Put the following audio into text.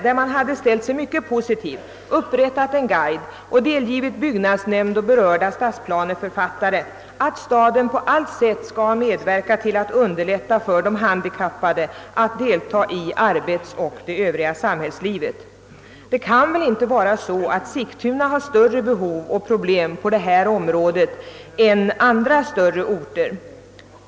Där hade man ställt sig mycket positiv, upprättat en guide och delgivit byggnadsnämnd och berörda stadsplaneförfattare att staden på allt sätt skulle medverka till att underlätta för de handikappade att deltaga i arbetsoch det övriga samhällslivet. Det kan väl inte vara så att Sigtuna har större behov och problem på detta område än andra större orter?